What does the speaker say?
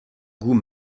goût